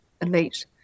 elite